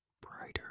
Brighter